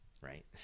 right